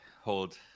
hold